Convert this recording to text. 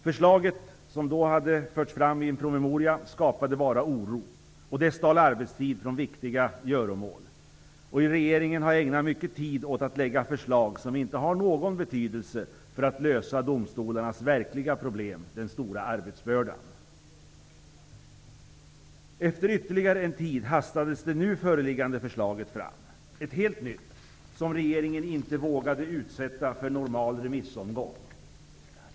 Förslaget som då hade lagts fram i en promemoria skapade bara oro, vilket stal arbetstid från viktiga göromål. Regeringen har ägnat mycken tid åt att lägga fram förslag som inte har någon betydelse när det gäller att lösa domstolarnas verkliga problem, nämligen den stora arbetsbördan. Herr talman! Efter ytterligare en tid hastades det nu föreliggande förslaget fram. Ett helt nytt förslag som regeringen inte har vågat utsätta för en normal remissomgång.